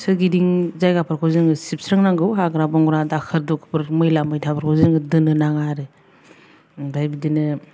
सोरगिदिं जायगाफोरखौ जोङो सिबस्रांनागौ हाग्रा बंग्रा दाखोर दुखोर मैला मैथाफोरखौ जोङो दोननो नाङा आरो ओमफ्राय बिदिनो